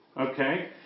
okay